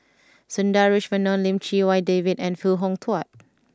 Sundaresh Menon Lim Chee Wai David and Foo Hong Tatt